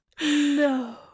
No